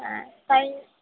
হ্যাঁ তাই